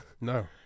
No